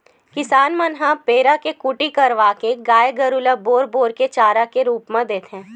किसान मन ह पेरा के कुटी करवाके गाय गरु ल बोर बोर के चारा के रुप म देथे